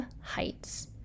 heights